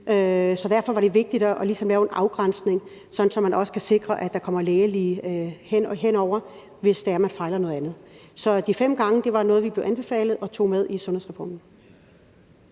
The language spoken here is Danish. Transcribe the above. var det vigtigt ligesom at lave en afgrænsning, så det sikres, at der kommer en læge henover det, hvis man fejler noget andet. Så de fem gange var noget, vi blev anbefalet og tog med i sundhedsreformen.